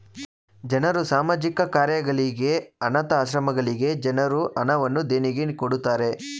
ಜನರು ಸಾಮಾಜಿಕ ಕಾರ್ಯಗಳಿಗೆ, ಅನಾಥ ಆಶ್ರಮಗಳಿಗೆ ಜನರು ಹಣವನ್ನು ದೇಣಿಗೆ ಕೊಡುತ್ತಾರೆ